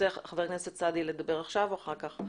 חבר הכנסת סעדי, אתה רוצה לדבר עכשיו או אחר כך?